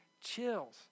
chills